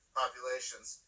populations